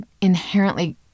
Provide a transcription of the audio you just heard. inherently